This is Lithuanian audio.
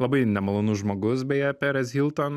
labai nemalonus žmogus beje perez hilton